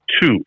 two